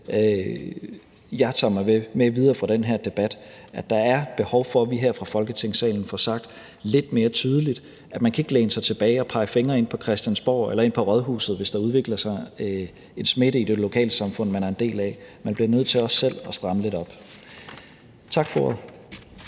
jeg tager med mig videre fra den her debat, nemlig at der er behov for, at vi her fra Folketingssalen får sagt lidt mere tydeligt, at man kan ikke læne sig tilbage og pege fingre ad dem inde på Christiansborg eller ad dem inde på rådhuset, hvis der udvikler sig en smitte i det lokalsamfund, man er en del af. Man bliver nødt til også selv at stramme lidt op. Tak for